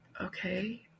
Okay